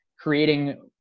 creating